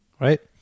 Right